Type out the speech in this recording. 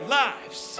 lives